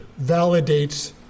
validates